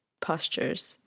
postures